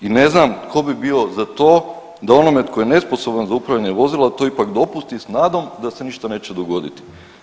I ne znam tko bi bio za to da onome tko je nesposoban za upravljanje vozila to ipak dopusti sa nadom da se ništa neće dogoditi.